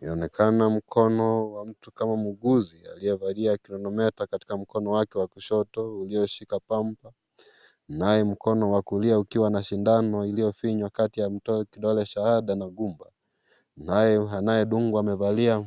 Inaonekana mkona kama muuguzi aliyevalia kronometa katika mkono wake wa kushoto ulioshika pamba naye mkono wa kulia ukiwa na sindano iliyofinywa kati ya kidole cha shahada na ngumba naye anayedungwa amevalia